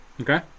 Okay